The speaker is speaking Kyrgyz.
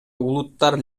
улуттар